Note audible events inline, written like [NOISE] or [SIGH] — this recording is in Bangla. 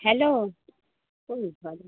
হ্যালো এই [UNINTELLIGIBLE]